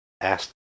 asked